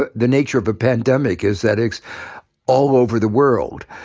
the the nature of a pandemic is that it's all over the world.